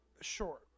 Sure